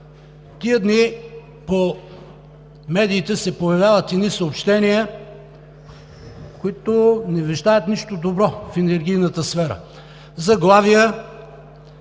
Тези дни по медиите се появяват едни съобщения, които не вещаят нищо добро в енергийната сфера